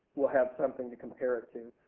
weill have something to compare it to.